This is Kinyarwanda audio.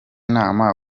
nama